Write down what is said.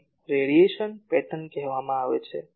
આને radiation pattern કહેવામાં આવે છે